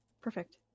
Perfect